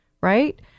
right